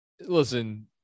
listen